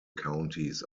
counties